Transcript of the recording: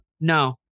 No